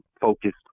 focused